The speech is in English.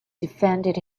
defended